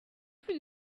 plus